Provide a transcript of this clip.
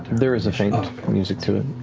there is a faint music to it.